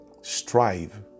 strive